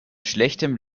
schlechtem